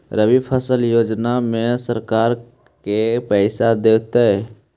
रबि फसल योजना में सरकार के पैसा देतै?